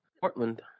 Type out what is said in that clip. Portland